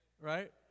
Right